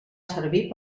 servir